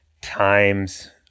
times